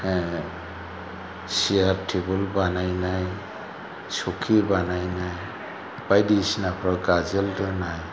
सियार थेबोल बानायनाय स'कि बानायनाय बायदिसिनाफ्राव गाजोल दोनाय